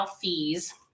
fees